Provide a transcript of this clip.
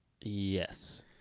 Yes